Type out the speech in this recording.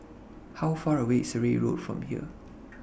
How Far away IS Surrey Road from here